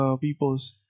people's